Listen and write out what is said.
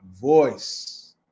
voice